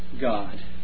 God